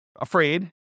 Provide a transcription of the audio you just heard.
afraid